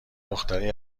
دختری